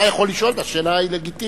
אתה יכול לשאול, והשאלה היא לגיטימית.